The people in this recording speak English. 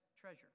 treasure